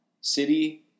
City